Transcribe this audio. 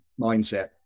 mindset